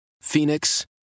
Phoenix